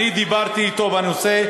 דיברתי אתו בנושא,